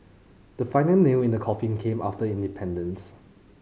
the final nail in the coffin came after independence